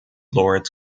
lord